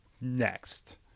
next